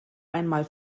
einmal